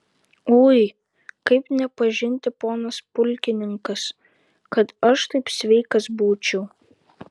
ui kaip nepažinti ponas pulkininkas kad aš taip sveikas būčiau